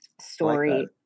story